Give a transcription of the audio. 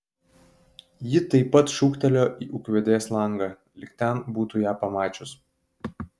ji taip pat šūktelėjo į ūkvedės langą lyg ten būtų ją pamačius